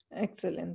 Excellent